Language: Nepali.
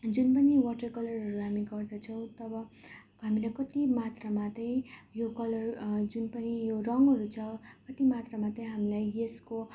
जुन पनि वाटर कलरहरू हामी गर्दछौँ तब हामीलाई कति मात्रामा त्यही यो कलर जुन पनि यो रङ्गहरू छ कति मात्रामा त्यहाँ हामीलाई यसको